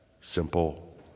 simple